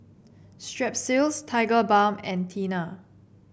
Strepsils Tigerbalm and Tena